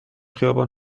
خیابان